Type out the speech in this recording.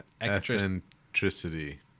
eccentricity